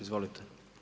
Izvolite.